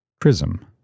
Prism